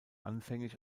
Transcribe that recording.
anfänglich